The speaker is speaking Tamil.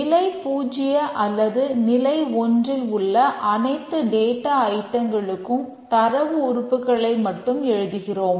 நிலை 0 அல்லது நிலை ஒன்றில் உள்ள அனைத்து டேட்டா ஐட்டங்களுக்கும் தரவு உறுப்புகளை மட்டும் எழுதுகிறோம்